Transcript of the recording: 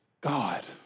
God